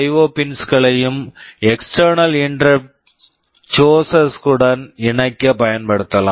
ஓ pins IO pins களையும் external interrupt sources external interrupt sources களுடன் இணைக்க பயன்படுத்தலாம்